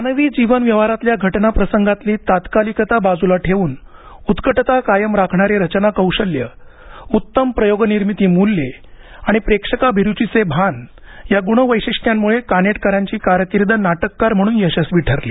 मानवी जीवन व्यवहारातल्या घटना प्रसंगातली तात्कालिकता बाजूला ठेवून उत्कटता कायम राखणारे रचना कौशल्य उत्तम प्रयोगनिर्मिती मूल्ये आणि प्रेक्षकाभिरूचीचे भान या ग्ण वैशिष्ट्यांमुळे कानेटकरांची कारकिर्द नाटककार म्हणून यशस्वी ठरली